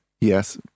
Yes